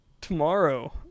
Tomorrow